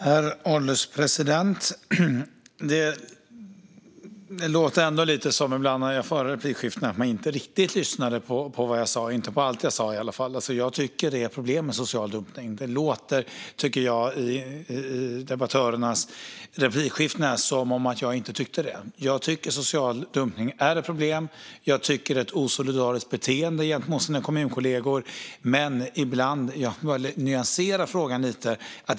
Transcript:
Herr ålderspresident! I replikskiftena låter det ibland lite som att man inte riktigt har lyssnat på vad jag har sagt, inte på allt i alla fall. Jag tycker att det är ett problem med social dumpning. Det låter i debattörernas replikskiften som att jag inte gör det, men jag tycker att social dumpning är ett problem och ett osolidariskt beteende gentemot kommunkollegorna. Men ibland nyanserar jag frågan lite.